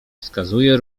wskazuję